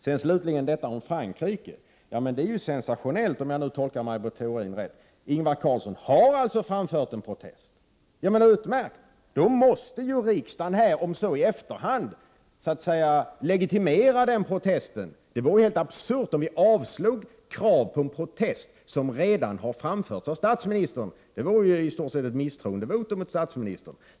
Om jag tolkar Maj Britt Theorin rätt, så har Ingvar Carlsson sensationellt nog framfört en protest till Frankrike. Det är i så fall utmärkt. Då måste ju riksdagen här, om så i efterhand, så att säga legitimera den protesten. Det vore absurt om vi avslog ett krav på en protest som redan har framförts av statsministern. Det vore i stort sett ett misstroendevotum mot honom.